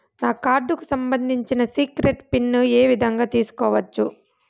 నా కార్డుకు సంబంధించిన సీక్రెట్ పిన్ ఏ విధంగా తీసుకోవచ్చు?